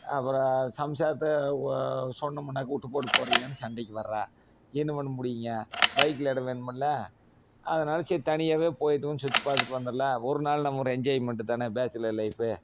அப்புறம் சம்சாரத்தை சொன்னோமுன்னாக்க விட்டு போட்டு போறியேனு சண்டைக்கு வர்றா என்ன பண்ண முடியுங்க பைக்கில் இடம் வேணுமில்லை அதனால் சரி தனியாகவே போயிடுவோம் சுற்றி பார்த்துட்டு வந்துடலாம் ஒரு நாள் நம்ம ஒரு என்ஜாய்மெண்ட்டு தானே பேச்சலர் லைஃப்பு